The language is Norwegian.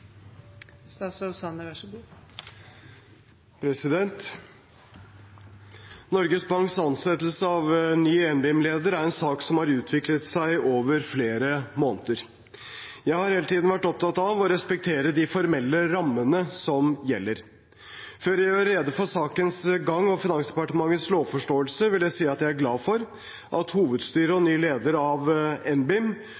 en sak som har utviklet seg over flere måneder. Jeg har hele tiden vært opptatt av å respektere de formelle rammene som gjelder. Før jeg gjør rede for sakens gang og Finansdepartementets lovforståelse, vil jeg si at jeg er glad for at hovedstyret og